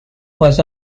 was